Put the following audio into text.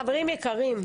חברים יקרים,